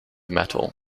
metal